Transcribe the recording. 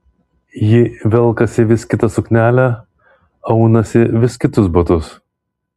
ji velkasi vis kitą suknelę aunasi vis kitus batus